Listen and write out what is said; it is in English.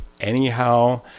anyhow